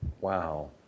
Wow